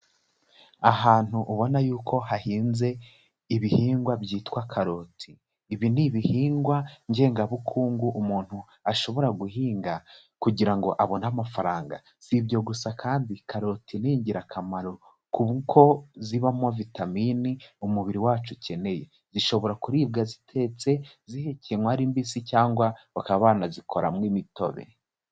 Ahantu ubona yuko hahinze ibihingwa byitwa karoti. Ibi ni ibihingwa ngengabukungu umuntu ashobora guhinga kugira ngo abone amafaranga. Si ibyo gusa kandi karoti ni ingirakamaro kuko zibamo vitamini umubiri wacu ukeneye, zishobora kuribwa zitetse, zihekenwa ari mbisi, cyangwa bakaba banazikoramo imitobe.